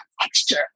texture